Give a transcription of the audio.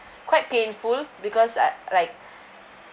quite painful because uh like